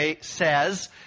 says